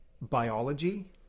biology